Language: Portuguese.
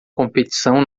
competição